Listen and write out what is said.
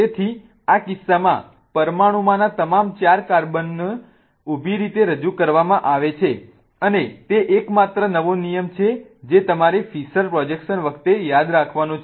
તેથી આ કિસ્સામાં પરમાણુમાંના તમામ 4 કાર્બનો ને ઊભી રીતે રજૂ કરવામાં આવે છે અને તે એકમાત્ર નવો નિયમ છે જે તમારે ફિશર પ્રોજેક્શન વખતે યાદ રાખવાનો છે